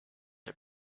are